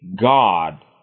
God